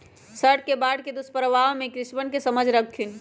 sir ने बाढ़ के दुष्प्रभाव के बारे में कृषकवन के समझल खिन